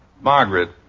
Margaret